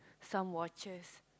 some watches